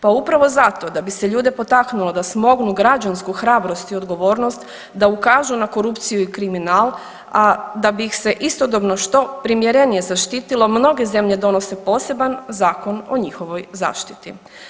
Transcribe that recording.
Pa upravo zato da bi se ljude potaknulo da smognu građansku hrabrost i odgovornost, da ukažu na korupciju i kriminal, a da bi ih se istodobno što primjerenije zaštitilo mnoge zemlje donose poseban zakon o njihovoj zaštiti.